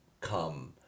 come